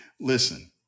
listen